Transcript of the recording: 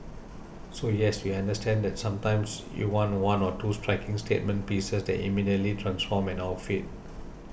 so yes we understand that sometimes you want one or two striking statement pieces that immediately transform an outfit